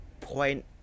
point